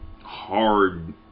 hard